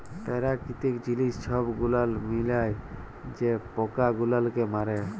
পেরাকিতিক জিলিস ছব গুলাল মিলায় যে পকা গুলালকে মারে